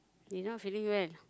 they now feeling when